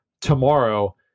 tomorrow